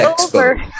over